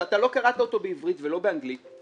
שאינו בעברית ואתה לא קראת אותו לא באנגלית ולא בעברית,